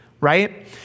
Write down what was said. right